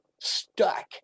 stuck